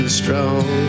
strong